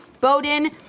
Bowden